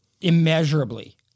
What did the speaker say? immeasurably